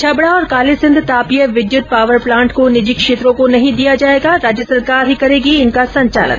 छबडा और कालीसिंध तापीय विद्युत पावर प्लांट को निजी क्षेत्रों को नहीं दिया जायेगा राज्य सरकार ही करेगी इनका संचालन